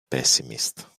pessimist